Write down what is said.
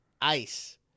Ice